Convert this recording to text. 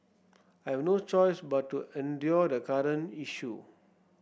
I have no choice but to endure the current issue